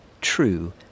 true